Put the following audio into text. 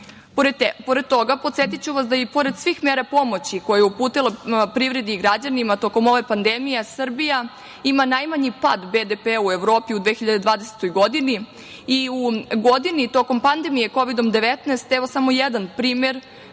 toga, podsetiću vas da i pored svih mera pomoći koju je uputila privredi i građanima tokom ove pandemije, Srbija ima najmanji pad BDP u Evropi u 2020. godini i u godini tokom pandemije Kovidom 19 samo jedan primer,